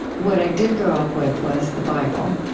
what i did grow up with was the bible.